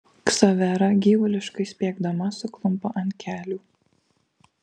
ksavera gyvuliškai spiegdama suklumpa ant kelių